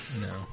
no